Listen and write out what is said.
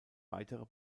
weitere